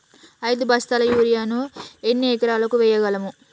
ఐదు బస్తాల యూరియా ను ఎన్ని ఎకరాలకు వేయగలము?